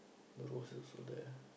the roses so there